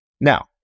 Now